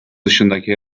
dışındaki